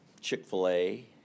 Chick-fil-A